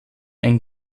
ein